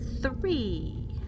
Three